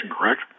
correct